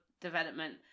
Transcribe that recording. development